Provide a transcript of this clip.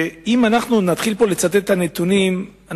אם נתחיל לצטט את הנתונים,